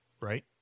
right